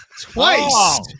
Twice